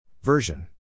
Version